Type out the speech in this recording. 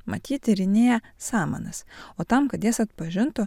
mat ji tyrinėja samanas o tam kad jas atpažintų